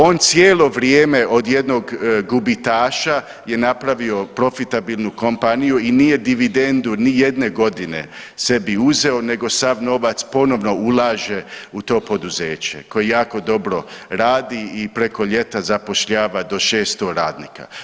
On cijelo vrijeme od jednog gubitaša je napravio profitabilnu kompaniju i nije dividendu nijedne godine sebi uzeo nego sav novac ponovno ulaže u to poduzeće koje jako dobro radi i preko ljeta zapošljava do 600 radnika.